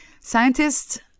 Scientists